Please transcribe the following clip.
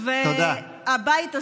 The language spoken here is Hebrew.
תודה.